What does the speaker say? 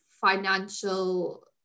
financial